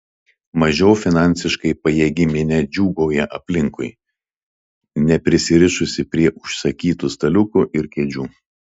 mažiau finansiškai pajėgi minia džiūgauja aplinkui neprisirišusi prie užsakytų staliukų ir kėdžių